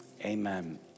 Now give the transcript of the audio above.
amen